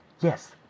Yes